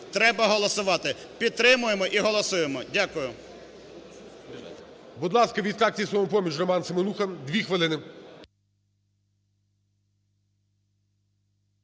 треба голосувати. Підтримуємо і голосуємо. Дякую. ГОЛОВУЮЧИЙ. Будь ласка, від фракції "Самопоміч" Роман Семенуха, дві хвилини.